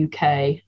UK